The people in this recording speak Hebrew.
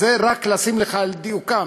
אז זה רק להעמיד לך את הדברים על דיוקם.